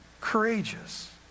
courageous